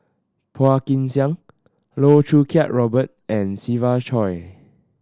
Phua Kin Siang Loh Choo Kiat Robert and Siva Choy